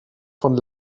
von